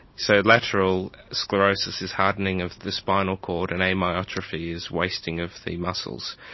so lateral sclerosis is hardening of the spinal cord and amyotrophy is wasting of the muscles.